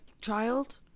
child